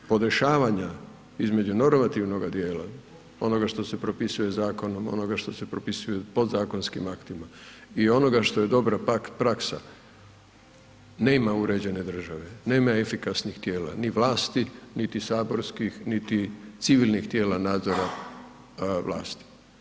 Bez podešavanja između normativnoga dijela, onoga što se propisuje zakonom, onoga što se propisuje podzakonskim aktima i onoga što je dobra praksa, nema uređene države, nema efikasnih tijela ni vlasti niti saborskih niti civilnih tijela nadzora vlasti.